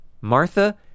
Martha